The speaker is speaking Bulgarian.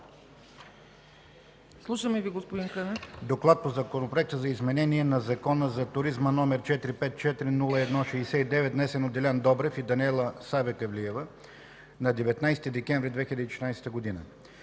Слушаме Ви, господин Кънев.